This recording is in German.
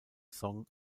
song